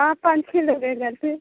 हाँ पाँच छः लोग हैं घर से